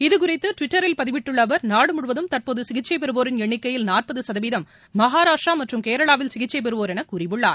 இதுகுறித்து டுவிட்டரில் பதிவிட்டுள்ள அவர் நாடு முழுவதும் தற்போது சிகிச்சை பெறுவோரின் எண்ணிக்கையில் நாற்பது சதவீதம் மகாராஷ்ட்ரா மற்றும் கேரளாவில் சிகிச்சை பெறுவோர் என கூறியுள்ளார்